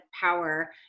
power